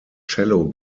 cello